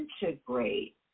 integrate